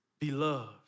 beloved